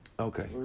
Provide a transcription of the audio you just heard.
Okay